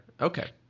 okay